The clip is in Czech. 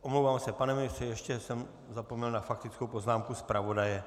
Omlouvám se, pane ministře, ještě jsem zapomněl na faktickou poznámku zpravodaje.